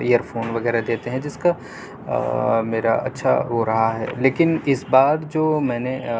year phone وغیرہ دیتے ہیں جس کا میرا اچھا وہ رہا ہے لیکن اس بار جو میں نے